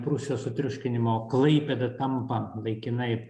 prūsijos sutriuškinimo klaipėda tampa laikinai